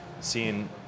seeing